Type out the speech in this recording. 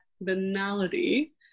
banality